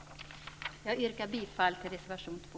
Jag yrkar bifall till reservation 2.